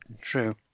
True